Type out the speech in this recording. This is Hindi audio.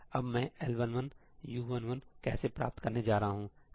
अब मैं L11 U11 कैसे प्राप्त करने जा रहा हूं